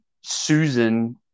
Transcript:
Susan